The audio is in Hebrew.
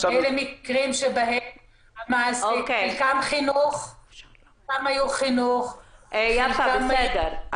אלה מקרים שחלקם היו חינוך --- יפה, בסדר.